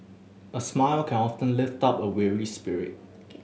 a smile can often lift up a weary spirit